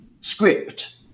script